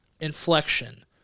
inflection